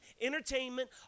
entertainment